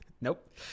Nope